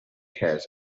has